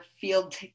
field